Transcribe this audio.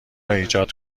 ایجاد